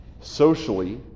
socially